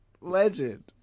Legend